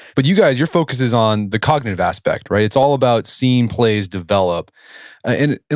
but you guys, your focus is on the cognitive aspect, right? it's all about seeing plays develop and and